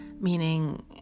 Meaning